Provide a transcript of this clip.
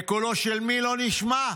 וקולו של מי לא נשמע?